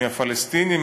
מהפלסטינים,